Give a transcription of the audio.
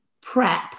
PrEP